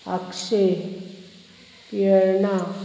Akshe Verna